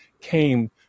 came